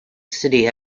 city